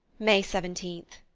may seventeenth.